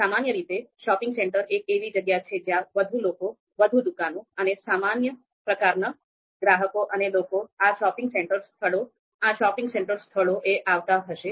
સામાન્ય રીતે shopping centre એક એવી જગ્યા છે જ્યાં વધુ લોકો વધુ દુકાનો અને સામાન્ય પ્રકારના ગ્રાહકો અને લોકો આ શોપિંગ સેન્ટર સ્થળોએ આવતા હશે